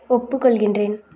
ஒப்புக்கொள்கிறேன்